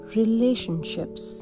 relationships